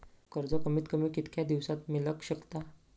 कर्ज कमीत कमी कितक्या दिवसात मेलक शकता?